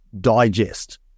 digest